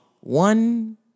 One